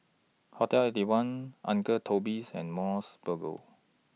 Hotel Eighty One Uncle Toby's and Mos Burger